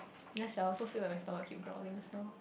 ya sia I also feel like my stomach keep growling just now